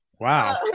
wow